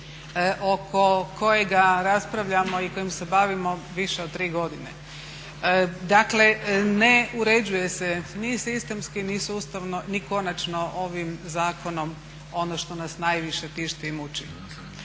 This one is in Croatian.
oko kojega raspravljamo i kojim se bavimo više od 3 godine. Dakle ne uređuje se ni sistemski ni sustavno, ni konačno ovim zakonom ono što nas najviše tišti i muči.